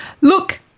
Look